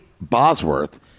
bosworth